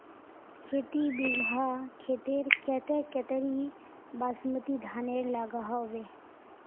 खेती बिगहा खेतेर केते कतेरी बासमती धानेर लागोहो होबे?